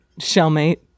shellmate